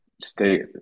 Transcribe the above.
Stay